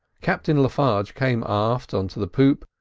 captain le farge came aft, on to the poop,